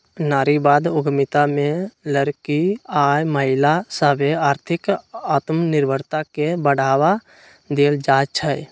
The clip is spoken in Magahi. नारीवाद उद्यमिता में लइरकि आऽ महिला सभके आर्थिक आत्मनिर्भरता के बढ़वा देल जाइ छइ